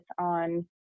on